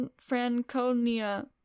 Franconia